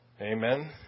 Amen